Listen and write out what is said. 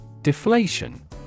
Deflation